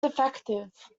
defective